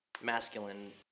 Masculine